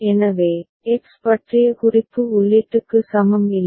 எனவே எக்ஸ் பற்றிய குறிப்பு உள்ளீட்டுக்கு சமம் இல்லை